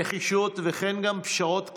נחישות, וכן, גם פשרות כואבות,